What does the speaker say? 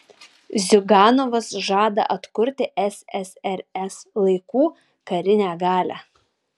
ziuganovas žada atkurti ssrs laikų karinę galią